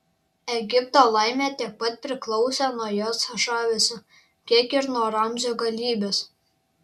egipto laimė tiek pat priklausė nuo jos žavesio kiek ir nuo ramzio galybės